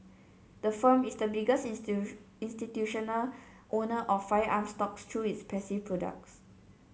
the firm is the biggest institutional owner of firearms stocks through its passive products